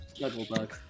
Snugglebug